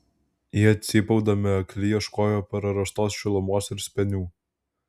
jie cypaudami akli ieškojo prarastos šilumos ir spenių